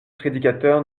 prédicateur